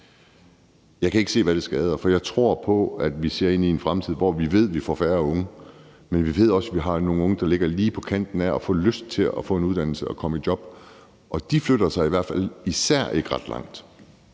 jeg kan ikke se, hvad det skader. Jeg tror på, at vi ser ind i en fremtid, hvor vi ved vi får færre unge, men vi ved også, at vi har nogle unge, der ligger lige på kanten af at få lyst til at få en uddannelse og komme i job, og de flytter sig i hvert fald især ikke ret langt.